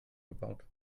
gebaut